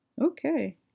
Okay